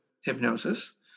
hypnosis